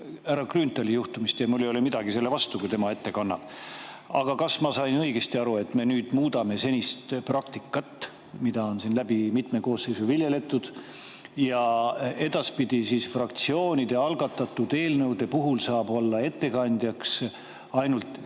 härra Grünthali juhtumist ja mul ei ole midagi selle vastu, kui tema ette kannab. Aga kas ma sain õigesti aru, et me nüüd muudame senist praktikat, mida on siin mitmes koosseisus viljeletud, ja edaspidi saab fraktsioonide algatatud eelnõude puhul olla ettekandja ainultde